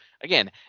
Again